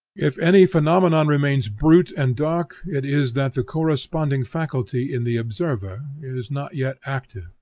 if any phenomenon remains brute and dark it is that the corresponding faculty in the observer is not yet active.